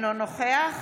אינו נוכח